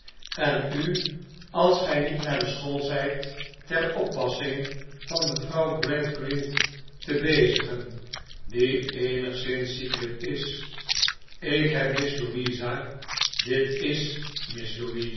en u als gij niet naar de school zijt ter oppassing van mevrouw gradgrind te bezigen die eenigszins ziekelijk is ik heb miss louisa dit is